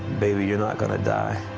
baby, you're not going to die.